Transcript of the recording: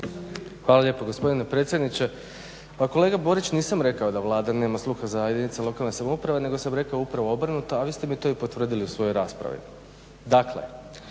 Hvala lijepo gospodine potpredsjedniče. Pa kolega Borić nisam rekao da Vlada nema sluha za jedinice lokalne samouprave nego sam rekao upravo obrnuto, a vi ste mi to i potvrdili u svojoj raspravi.